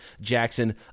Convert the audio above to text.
Jackson